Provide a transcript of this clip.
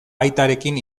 aitarekin